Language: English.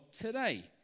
today